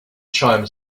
chimes